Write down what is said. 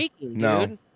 no